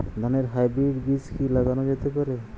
ধানের হাইব্রীড বীজ কি লাগানো যেতে পারে?